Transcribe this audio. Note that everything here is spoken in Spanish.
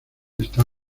está